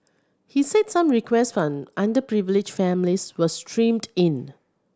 he said some requests from underprivileged families were streamed in